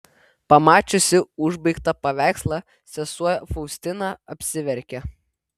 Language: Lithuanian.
pamačiusi užbaigtą paveikslą sesuo faustina apsiverkė